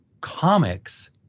comics